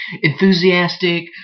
Enthusiastic